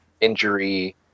injury